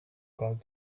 caused